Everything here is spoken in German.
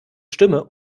stimme